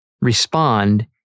Respond